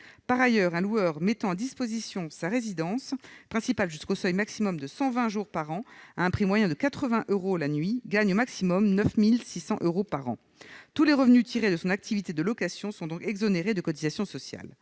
Par ailleurs, un loueur mettant à disposition sa résidence principale jusqu'au seuil maximum de 120 jours par an à un prix moyen de 80 euros la nuit gagne au maximum 9 600 euros par an. Tous les revenus tirés de son activité de location sont donc exonérés de cotisations sociales.